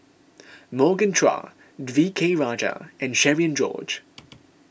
Morgan Chua V K Rajah and Cherian George